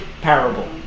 parable